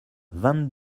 vingt